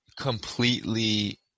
completely